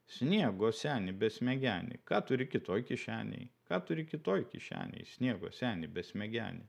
sniego seni besmegeni ką turi kitoj kišenėj ką turi kitoj kišenėj sniego seni besmegeni